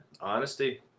Honesty